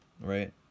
right